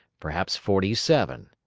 perhaps forty-seven.